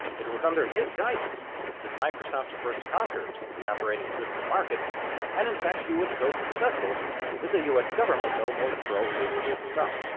it was under his guidance that microsoft first conquered the operating system market and in fact he was so successful that the us government almost broke microsoft up.